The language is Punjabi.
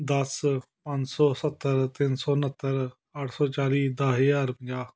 ਦਸ ਪੰਜ ਸੌ ਸੱਤਰ ਤਿੰਨ ਸੌ ਉਣਹੱਤਰ ਅੱਠ ਸੌ ਚਾਲ੍ਹੀ ਦਸ ਹਜ਼ਾਰ ਪੰਜਾਹ